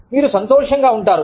మీరు సంతోషంగా ఉంటారు